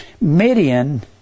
Midian